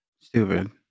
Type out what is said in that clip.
stupid